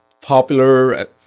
popular